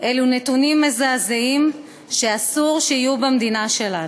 אלו נתונים מזעזעים שאסור שיהיו במדינה שלנו.